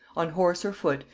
on horse or foot,